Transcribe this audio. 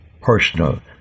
personal